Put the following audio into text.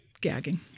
gagging